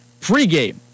pregame